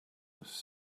was